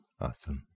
Awesome